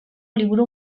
liburu